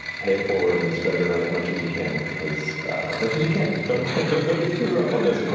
pay it forward and spread it around as much as you can. as much as you can, don't get but get too rough on this,